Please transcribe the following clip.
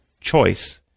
choice